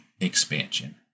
expansion